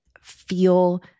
feel